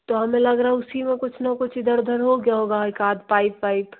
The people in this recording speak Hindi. तो हमें लग रहा है उसी में कुछ ना कुछ इधर उधर हो गया होगा एक आद पाइप वाइप